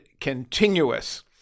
continuous